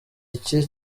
iki